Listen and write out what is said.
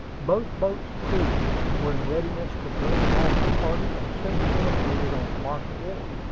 both boats' crews were in readiness to bring off the party as soon as they appeared on the market wharf.